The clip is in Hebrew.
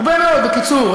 הרבה מאוד, בקיצור.